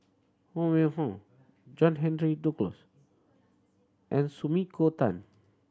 Huang Wenhong John Henry Duclos and Sumiko Tan